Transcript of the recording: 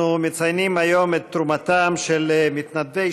אנחנו מציינים היום את תרומתם של מתנדבי